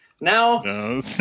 Now